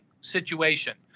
situation